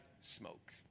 smoke